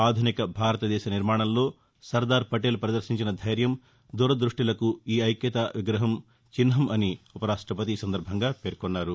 ఆధునిక భారత దేశ నిర్మాణంలో సర్దార్ పటేల్ పదర్శించిన దైర్యం దూరదృష్టిలకు ఈ ఐక్యతా విగ్రహం చిహ్నం అని ఉపరాష్టపతి ఈ సందర్భంగా పేర్కొన్నారు